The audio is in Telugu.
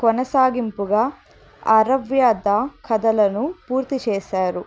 కొనసాగింపుగా అరవ్యత కథలను పూర్తి చేశారు